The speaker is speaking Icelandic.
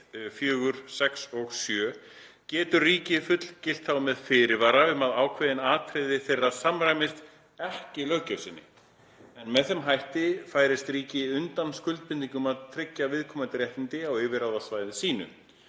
4, 6 og 7 getur ríki fullgilt þá með fyrirvara um að ákveðin atriði þeirra samrýmist ekki löggjöf sinni, en með þeim hætti færist ríki undan skuldbindingu um að tryggja viðkomandi réttindi á yfirráðasvæði sínu.